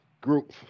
group